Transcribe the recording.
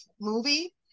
movie